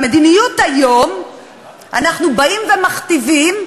במדיניות היום אנחנו באים ומכתיבים,